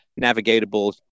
navigatable